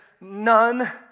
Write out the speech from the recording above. none